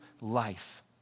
life